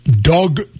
dog